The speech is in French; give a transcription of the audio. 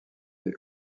des